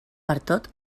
pertot